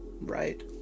right